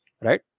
right